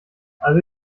also